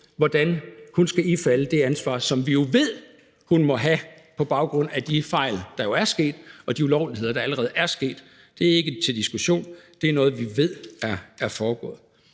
hvordan hun skal ifalde det ansvar, som vi jo ved hun må have, på baggrund af de fejl, der er sket, og de ulovligheder, der allerede er sket. Det er ikke til diskussion, det er noget, vi ved er foregået.